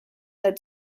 led